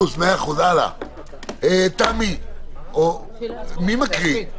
תמי, בבקשה.